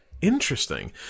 Interesting